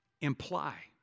imply